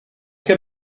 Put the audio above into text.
can